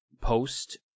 post